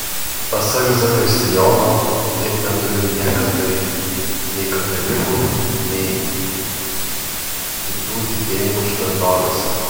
pasak zakristijono taip neturi niekas daryti nei katalikų nei kitų tikėjimų šventovėse